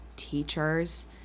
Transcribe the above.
teachers